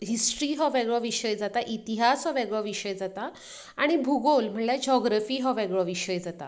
history हो वेगळो विशय जाता इतिहास हो वेगळो विशय जाता आनी भुगोल म्हणल्यार जॉग्रॉफी हो वेगळो विशय जाता